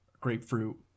grapefruit